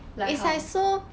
like how